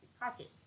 pockets